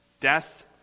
Death